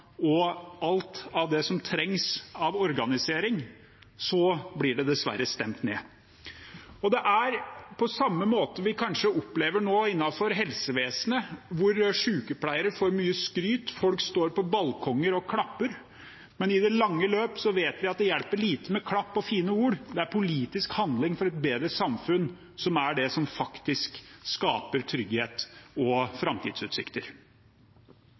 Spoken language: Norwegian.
og alt av det som trengs av organisering, så blir dette forslaget dessverre stemt ned. Det er på samme måte, kanskje, det vi nå opplever innenfor helsevesenet. Sykepleiere får mye skryt og folk står på balkonger og klapper, men i det lange løp vet vi at det hjelper lite med klapping og fine ord. Det er politisk handling for et bedre samfunn som er det som faktisk skaper trygghet og framtidsutsikter.